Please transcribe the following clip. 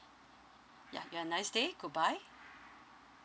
ya you have a nice day goodbye